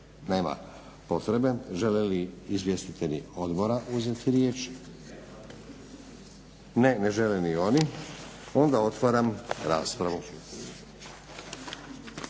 Nema potrebe. Žele li izvjestitelji odbora uzeti riječ? Ne ne žele ni oni. Onda otvaram raspravu.